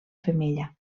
femella